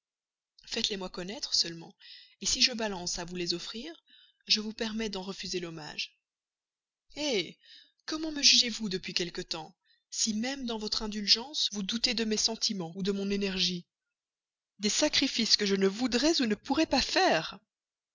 moi connaître seulement si je balance à vous les offrir je vous permets d'en refuser l'hommage comment me jugez-vous donc depuis quelque temps si même dans votre indulgence vous doutez encore de mes sentiments ou de mon énergie des sacrifices que je ne voudrais ou ne pourrais pas faire